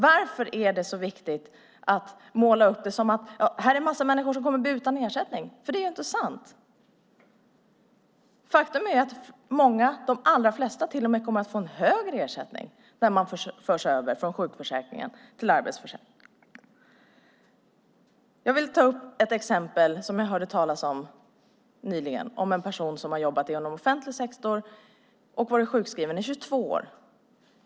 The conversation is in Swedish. Varför är det så viktigt att måla upp det som att det är massor med människor som kommer att bli utan ersättning? Det är ju inte sant! Faktum är att många - de allra flesta, till och med - kommer att få högre ersättning när de förs över från sjukförsäkringen till arbetsförsäkringen. Jag vill ta upp ett exempel som jag hörde talas om nyligen, en person som hade jobbat i offentlig sektor och varit sjukskriven i 22 år.